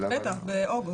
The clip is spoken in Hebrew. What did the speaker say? בטח, באוגוסט.